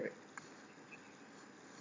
wait